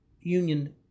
Union